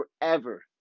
forever